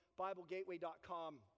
BibleGateway.com